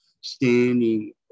standing